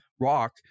rock